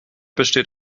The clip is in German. besteht